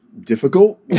difficult